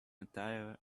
attire